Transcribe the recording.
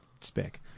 spec